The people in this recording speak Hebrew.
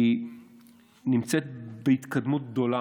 היא נמצאת בהתקדמות גדולה.